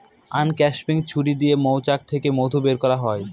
uncapping ছুরি দিয়ে মৌচাক থেকে মধু বের করা হয়